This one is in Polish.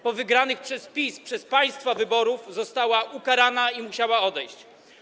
Po wygranych przez PiS, przez państwa wyborach została ukarana i musiała odejść.